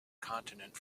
continent